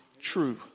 true